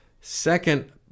Second